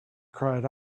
cried